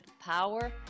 power